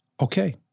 okay